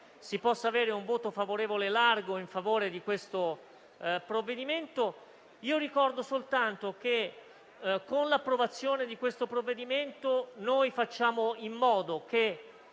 si possa arrivare ad un voto favorevole ampio in favore di questo provvedimento. Ricordo soltanto che con l'approvazione di questo provvedimento facciamo in modo che